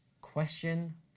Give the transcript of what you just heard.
Question